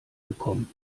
gekommen